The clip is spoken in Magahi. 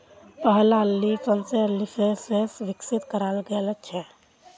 पहला लीफ सेंसर लीफसेंस स विकसित कराल गेल छेक